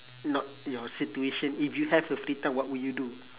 not your situation if you have a free time what would you do